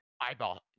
eyeball